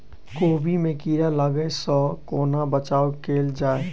कोबी मे कीड़ा लागै सअ कोना बचाऊ कैल जाएँ?